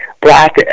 black